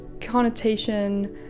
connotation